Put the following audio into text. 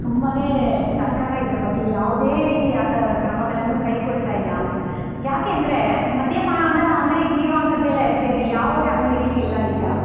ತುಂಬಾ ಸರ್ಕಾರ ಇದರ ಬಗ್ಗೆ ಯಾವುದೇ ರೀತಿ ಆದ ಕ್ರಮಗಳನ್ನು ಕೈಗೊಳ್ತಾ ಇಲ್ಲ ಯಾಕೆಂದರೆ ಮದ್ಯಪಾನದ ಅಂಗಡಿಗೆ ಇರುವಂಥ ಬೆಲೆ ಬೇರೆ ಯಾವುದೇ ಅಂಗ್ಡಿಗಳಿಗೆ ಇಲ್ಲ ಈಗ